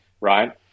right